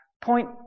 Point